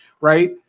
right